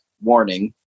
warning